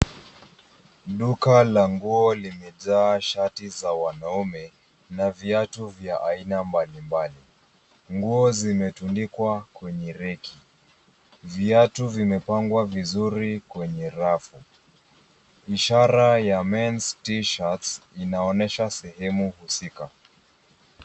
Duka la nguo limejaa shati za wanaume na viatu za aina mbalimbali. Nguo zimetundikwa kwenye reki. Viatu vimepangwa vizuri kwenye rafu. Ishara ya Men's T-shirts inaonesha sehemu husika.